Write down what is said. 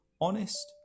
Honest